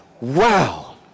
Wow